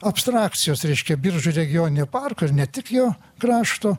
abstrakcijos reiškia biržų regioninio parko ir ne tik jo krašto